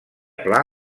pla